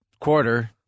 quarter